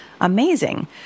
Amazing